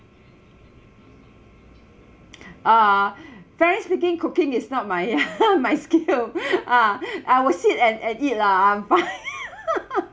uh frankly speaking cooking is not my my skill ah I would sit and and eat lah I'm fine